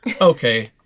Okay